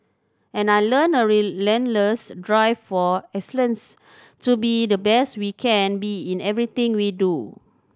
and I learnt a relentless drive for excellence to be the best we can be in everything we do